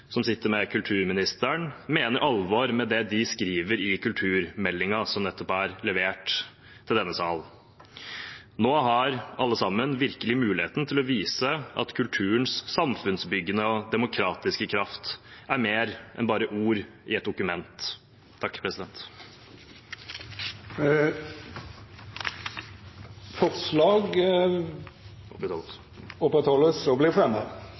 som sitter med kulturministeren, mener alvor med det de skriver i kulturmeldingen som nettopp er levert til denne sal. Nå har alle sammen virkelig muligheten til å vise at kulturens samfunnsbyggende og demokratiske kraft er mer enn bare ord i et dokument. Jeg tar opp SVs forslag.